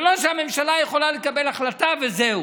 זה לא שהממשלה יכולה לקבל החלטה וזהו.